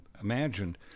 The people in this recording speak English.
imagined